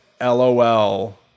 LOL